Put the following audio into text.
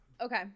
Okay